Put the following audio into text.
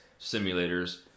simulators